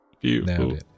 Beautiful